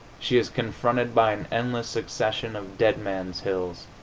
she is confronted by an endless succession of dead man's hills,